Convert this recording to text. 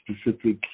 specific